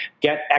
get